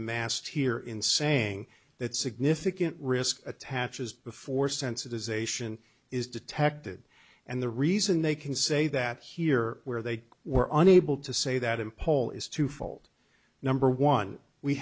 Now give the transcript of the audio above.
amassed here in saying that significant risk attaches before sensitization is detected and the reason they can say that here where they were unable to say that in paul is twofold number one we